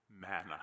Manna